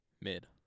mid